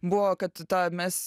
buvo kad tą mes